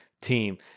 team